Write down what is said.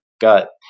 gut